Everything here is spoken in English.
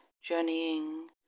journeying